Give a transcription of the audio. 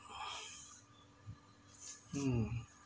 mm